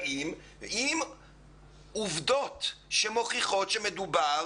במכתב יש עובדות שמוכיחות שמדובר